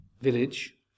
Village